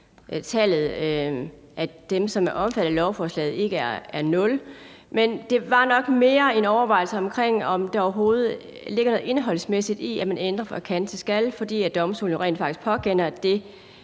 at dem, som er omfattet af lovforslaget, ikke er nul. Men det var nok mere en overvejelse om, om der overhovedet ligger noget indholdsmæssigt i, at man ændrer fra »kan« til »skal«, fordi domstolene jo rent faktisk påkender det,